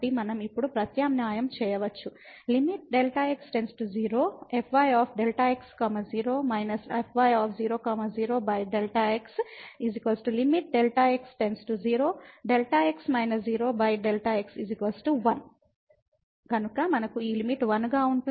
మనం ఇప్పుడు ప్రతిక్షేపించవచ్చు Δ x 0fy Δx 0 − fy0 0Δ x Δ x 0Δx − 0Δ x 1 మనకు ఈ లిమిట్ 1 గా ఉంది